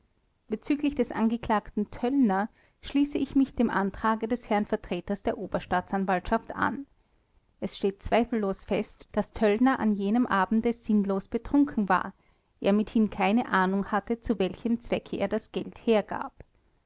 bezüglich des angeklagten töllner schließe ich mich dem antrage des herrn vertreters der oberreichsanwaltschaft an es steht zweifellos fest daß töllner an jenem abende sinnlos betrunken war er mithin keine ahnung hatte zu welchem zwecke er das geld hergab